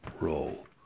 role